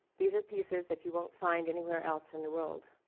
these are pieces that you won't find anywhere else in the world,